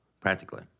Practically